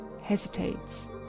hesitates